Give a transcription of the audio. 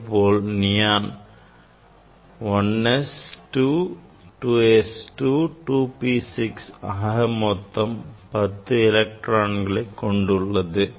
அதேபோல் நியான் அது 1s 2 2s 2 2p 6 ஆக மொத்தம் 10 எலக்ட்ரான்களை கொண்டுள்ளது